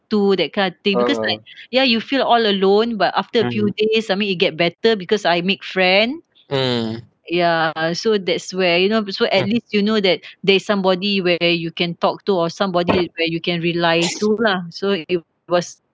to that kind of thing because like yeah you feel all alone but after a few days I mean it get better because I make friend yeah so that's where you know so at least you know that there's somebody where you can talk to or somebody where you can rely to lah so it was